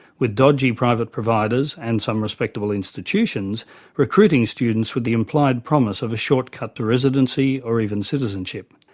with dodgy private providers and some respectable institutions recruiting students with the implied promise of a short-cut to residency or even citizenship.